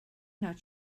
not